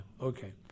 Okay